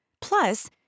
Plus